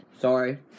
Sorry